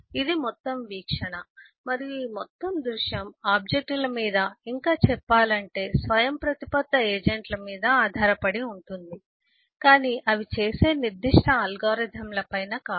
ఇది మొత్తం వీక్షణ మరియు ఈ మొత్తం దృశ్యం ఆబ్జెక్ట్ల మీద ఇంకా చెప్పాలంటే స్వయంప్రతిపత్త ఏజెంట్ల మీద ఆధారపడి ఉంటుంది కానీ అవి చేసే నిర్దిష్ట అల్గోరిథంలపై కాదు